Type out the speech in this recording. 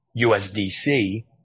USDC